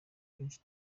kenshi